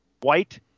white